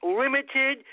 limited